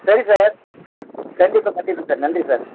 சரி சார் கண்டிப்பாக பண்ணிடுறேன் சார் நன்றி சார்